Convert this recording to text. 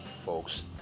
folks